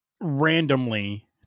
Randomly